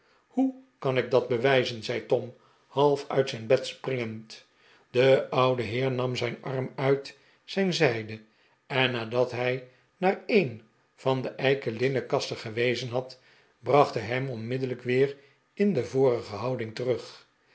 hoe kan ik dat bewijzen zei tom half uit zijn bed springend de oude heer nam zijn arm uit zijn zijde en nadat hij naar een van de eiken linnenkasten gewezen had bracht hij hem onmiddellijk weer in de vorige houding terug